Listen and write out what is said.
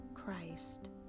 Christ